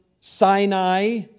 Sinai